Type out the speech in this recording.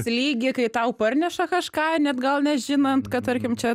lygį kai tau parneša kažką net gal nežinant kad tarkim čia